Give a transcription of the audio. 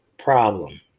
problem